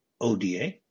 ODA